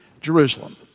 Jerusalem